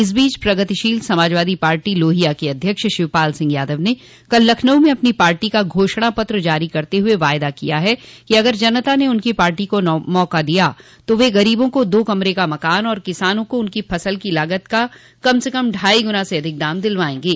इस बीच प्रगतिशील समाजवादी पार्टी लोहिया के अध्यक्ष शिवपाल सिंह यादव ने कल लखनऊ में अपनी पार्टी का घोषणा पत्र जारी करते हुए वायदा किया है कि अगर जनता ने उनकी पार्टी को मौका दिया तो वे गरीबों को दो कमरे का मकान और किसानों को उनकी फसल की लागत का कम से कम ढाई गुना से अधिक दाम दिलायेंगे